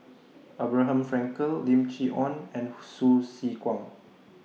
Abraham Frankel Lim Chee Onn and Hsu Tse Kwang